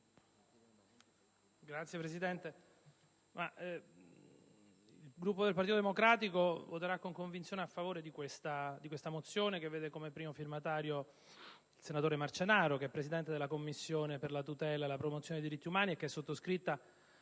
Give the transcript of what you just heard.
Signora Presidente, il Gruppo del Partito Democratico voterà, con convinzione, a favore di questa mozione che vede come primo firmatario il senatore Marcenaro, presidente della Commissione per la tutela e la promozione dei diritti umani, e che è sottoscritta